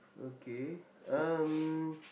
okay um